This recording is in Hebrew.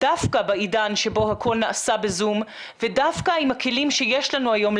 דווקא בעידן שבו הכול נעשה בזום ודווקא עם הכלים שיש לנו היום,